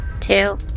Two